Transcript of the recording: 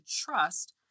trust